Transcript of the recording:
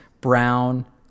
brown